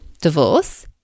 divorce